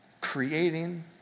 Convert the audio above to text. creating